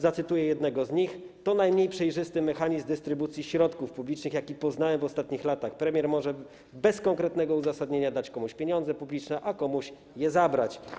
Zacytuję jednego z nich: To najmniej przejrzysty mechanizm dystrybucji środków publicznych, jaki poznałem w ostatnich latach, premier może bez konkretnego uzasadnienia dać komuś pieniądze publiczne, a komuś je zabrać.